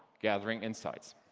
gathering insights.